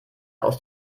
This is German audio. aus